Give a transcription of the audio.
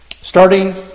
Starting